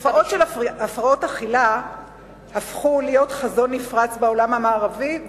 תופעות של הפרעות אכילה הפכו לחזון נפרץ בעולם המערבי,